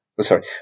sorry